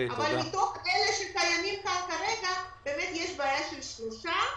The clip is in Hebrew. אבל מתוך אלה שקיימים כאן כרגע יש בעיה של שלושה,